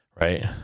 Right